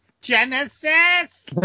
Genesis